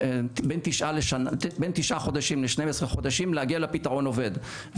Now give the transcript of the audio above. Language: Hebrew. בין 9-12 חודשים להגיע לפתרון עובד.